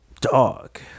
Dog